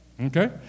Okay